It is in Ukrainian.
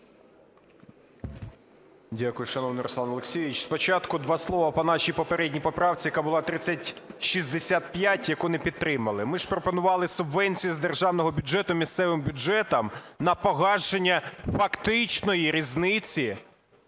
Дякую, шановний Руслан Олексійович. Спочатку два слова по нашій попередній поправці, яка була 3065, яку не підтримали. Ми ж пропонували субвенцію з державного бюджету місцевим бюджетам на погашення фактичної різниці